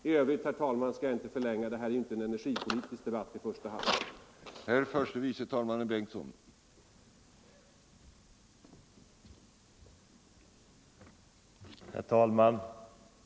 I övrigt, herr talman, skall jag inte förlänga debatten, eftersom det ju inte i första hand är någon energipolitisk debatt.